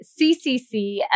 CCC